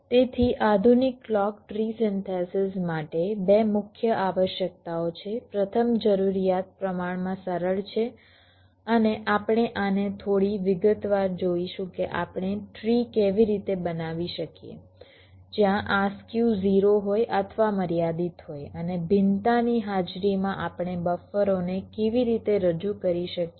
તેથી આધુનિક clock tree synthesis માટે 2 મુખ્ય આવશ્યકતાઓ છે પ્રથમ જરૂરિયાત પ્રમાણમાં સરળ છે અને આપણે આને થોડી વિગતવાર જોઈશું કે આપણે ટ્રી કેવી રીતે બનાવી શકીએ જ્યાં આ સ્ક્યુ 0 હોય અથવા મર્યાદિત હોય અને ભિન્નતાની હાજરીમાં આપણે બફરોને કેવી રીતે રજૂ કરી શકીએ